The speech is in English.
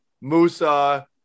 Musa